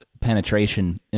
penetration